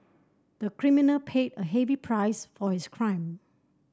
the criminal paid a heavy price for his crime